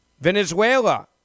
Venezuela